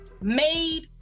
made